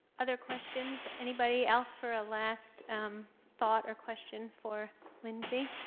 other questions? anybody else for a last thought or question for lindsay?